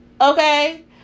Okay